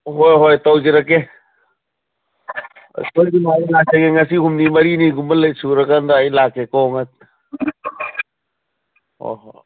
ꯍꯣꯏ ꯍꯣꯏ ꯇꯧꯖꯔꯛꯀꯦ ꯂꯥꯛꯆꯒꯦ ꯉꯁꯤ ꯍꯨꯝꯅꯤ ꯃꯔꯤꯅꯤꯒꯨꯝꯕ ꯁꯨꯔꯀꯥꯟꯗ ꯑꯩ ꯂꯥꯛꯀꯦꯀꯣ ꯍꯣ ꯍꯣ